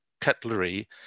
cutlery